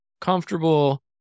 comfortable